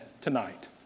tonight